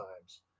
times